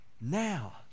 Now